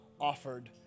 offered